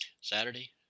Saturday